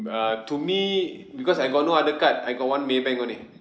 uh to me because I got no other card I got one maybank only